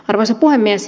arvoisa puhemies